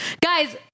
guys